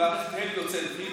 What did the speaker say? למערכת הליוצנטרית.